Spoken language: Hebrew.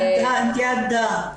את מספיק חזקה לזה.